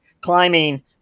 climbing